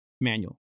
manual